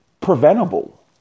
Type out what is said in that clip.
Preventable